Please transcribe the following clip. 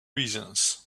reasons